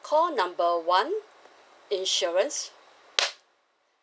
call number one insurance